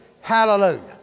hallelujah